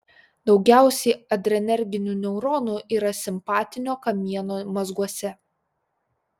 daugiausiai adrenerginių neuronų yra simpatinio kamieno mazguose